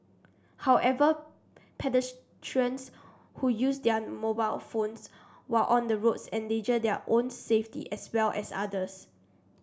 however pedestrians who use their mobile phones while on the roads endanger their own safety as well as others